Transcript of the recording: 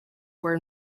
were